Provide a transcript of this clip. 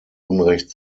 unrecht